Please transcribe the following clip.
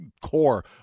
core